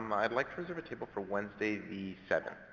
um i'd like to reserve a table for wednesday, the seventh.